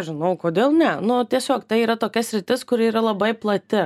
žinau kodėl ne nu tiesiog tai yra tokia sritis kuri yra labai plati